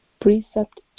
precept